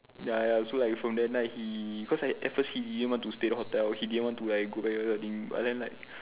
ya ya so like from that night he cause at at first he didn't want to stay the hotel he didn't want to like go back that kind of thing but then like